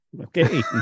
Okay